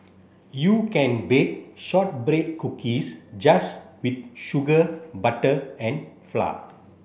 you can bake shortbread cookies just with sugar butter and flour